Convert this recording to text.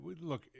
Look